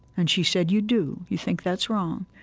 and she said, you do? you think that's wrong?